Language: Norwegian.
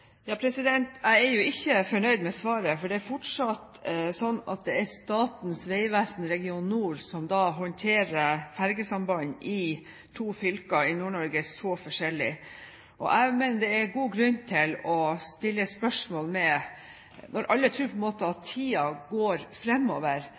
Jeg er ikke fornøyd med svaret, for det er fortsatt slik at Statens vegvesen Region nord håndterer fergesamband i to fylker i Nord-Norge forskjellig. Jeg mener det er god grunn til å stille spørsmål om det. Når alle